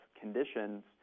conditions